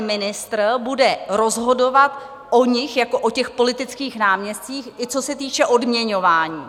Ministr bude rozhodovat o nich jako o politických náměstcích, i co se týče odměňování.